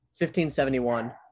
1571